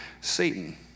Satan